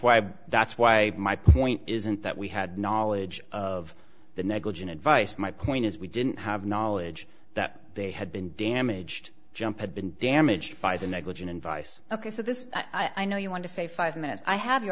why that's why my point isn't that we had knowledge of the negligent advice my point is we didn't have knowledge that they had been damaged jump had been damaged by the negligent advice ok so this i know you want to say five minutes i have your